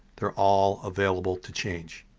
they're all available to change.